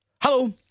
Hello